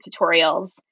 tutorials